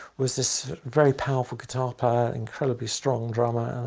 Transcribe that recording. was this very powerful guitar player, incredibly strong drummer and